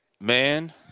Man